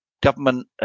government